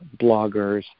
bloggers